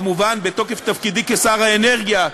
כמובן, בתוקף תפקידי כשר האנרגיה,